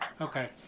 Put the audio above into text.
Okay